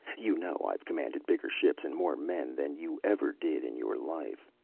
you know i've commanded bigger ships and more men than you ever did in your life.